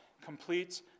completes